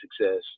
success